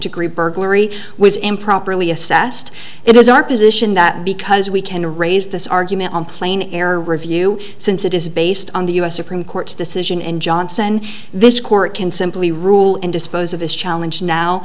degree burglary was improperly assessed it was our position that because we can raise this argument on plane air review since it is based on the u s supreme court's decision and johnson this court can simply rule and dispose of this challenge now